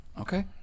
Okay